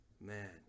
man